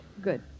Good